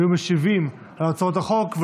והיו משיבים על הצעות החוק,